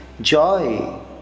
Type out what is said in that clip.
joy